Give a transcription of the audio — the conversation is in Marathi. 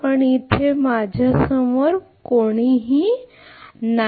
पण इथे माझ्या समोर कोणी नाही